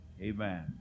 Amen